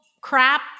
crap